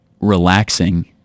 relaxing